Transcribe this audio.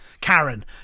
Karen